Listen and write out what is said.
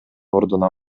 ордуна